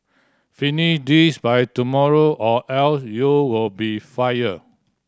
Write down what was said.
finish this by tomorrow or else you'll be fired